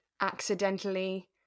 accidentally